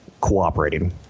cooperating